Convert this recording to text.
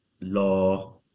law